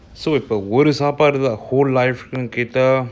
so இப்போஒருசாப்பாடுதான்:ipo oru sapaduthan whole life kunu கேட்டா:keta